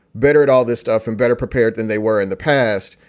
better at all this stuff and better prepared than they were in the past.